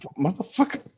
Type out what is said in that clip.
Motherfucker